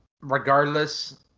regardless